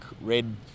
red